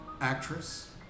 actress